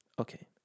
Okay